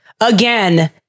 again